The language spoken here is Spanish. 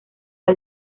del